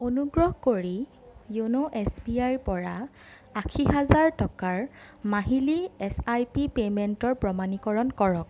অনুগ্ৰহ কৰি য়োন' এছবিআইৰ পৰা আশী হাজাৰ টকাৰ মাহিলী এছআইপি পে'মেণ্টৰ প্ৰমাণীকৰণ কৰক